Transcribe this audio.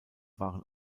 waren